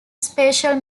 spatial